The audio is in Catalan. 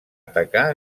atacar